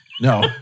No